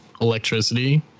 electricity